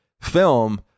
film